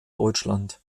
deutschland